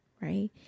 right